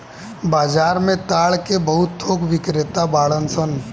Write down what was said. बाजार में ताड़ के बहुत थोक बिक्रेता बाड़न सन